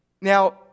Now